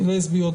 לסביות,